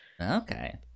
Okay